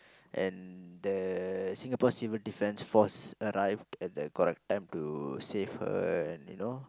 and the Singapore-civil-defence-force arrived at the correct time to save her you know